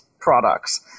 products